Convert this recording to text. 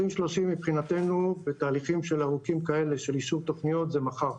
2030 מבחינתנו בתהליכים ארוכים כאלה של אישור תוכניות זה מחר,